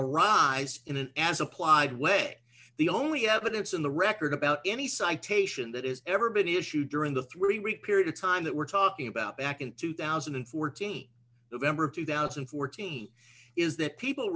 arise in an as applied way the only evidence in the record about any citation that is ever been issued during the three repaired time that we're talking about back in two thousand and fourteen member of two thousand and fourteen is that people